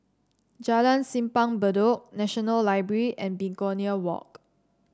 Jalan Simpang Bedok National Library and Begonia Walk